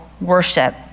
worship